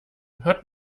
hört